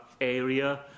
area